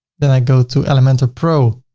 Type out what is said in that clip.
then i go to elementor pro